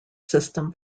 system